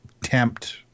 tempt